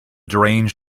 deranged